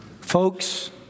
folks